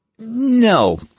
no